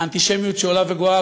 האנטישמיות שעולה וגואה,